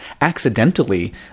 accidentally